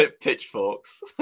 pitchforks